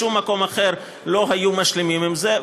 ובשום מקום אחר לא היו משלימים בזה.